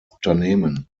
unternehmen